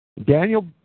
Daniel